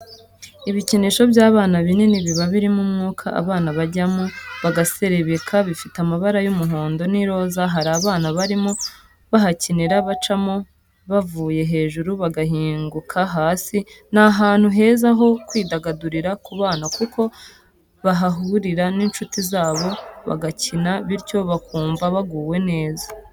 Ibikinisho by'abana binini biba birimo umwuka abana bajyamo bagaserebeka, bifite amabara y'umuhondo n'iroza hari abana barimo bahakinira bacamo bavuye hejuru bagahinguka hasi ni ahantu heza ho kwidagadurira ku bana kuko bahahurira n'inshuti zabo bagakina bityo bakumva baguwe neza.